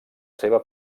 seva